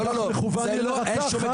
לא יכול להתקיים דיון כאשר מכוון אליו אקדח.